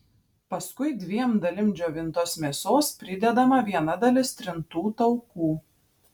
paskui dviem dalim džiovintos mėsos pridedama viena dalis trintų taukų